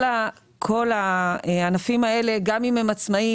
כל הענפים האלה גם אם הם עצמאים,